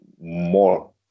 more